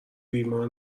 بیمار